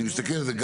אני מסתכל על זה,